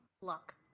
luck